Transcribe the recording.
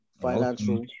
financial